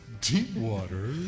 Deepwater